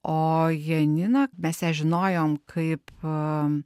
o janiną mes ją žinojome kaip